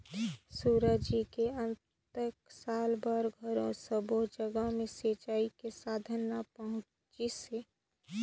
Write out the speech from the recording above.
सुराजी के अतेक साल बार घलो सब्बो जघा मे सिंचई के साधन नइ पहुंचिसे